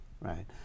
right